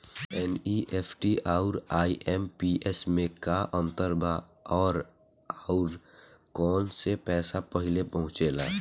NEFT आउर IMPS मे का अंतर बा और आउर कौना से पैसा पहिले पहुंचेला?